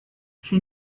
she